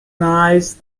nice